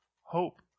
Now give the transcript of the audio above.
hope